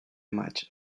maig